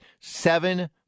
seven